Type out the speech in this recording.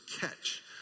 catch